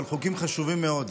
אבל חוקים חשובים מאוד.